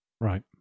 Right